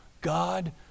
God